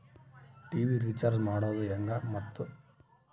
TV recharge ಮಾಡೋದು ಹೆಂಗ ಮತ್ತು?